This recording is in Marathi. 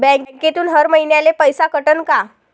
बँकेतून हर महिन्याले पैसा कटन का?